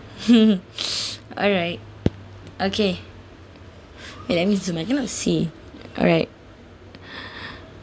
alright okay wait let me zoom I cannot see alright